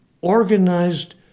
organized